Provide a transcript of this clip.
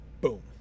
boom